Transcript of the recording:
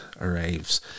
arrives